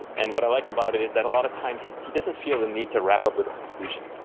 and what i like about it is that a lot of times he he doesn't feel the need to wrap up with a conclusion.